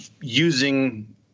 using